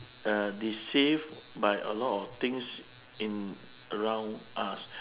uh deceived by a lot of things in around us